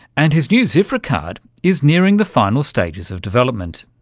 and his new zifra card is nearing the final stages of development.